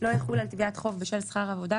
לא יחול על תביעת חוב בשל שכר עבודה,